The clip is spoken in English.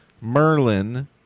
Merlin